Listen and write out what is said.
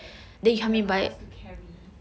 !huh! never ask to carry